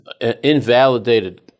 invalidated